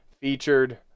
featured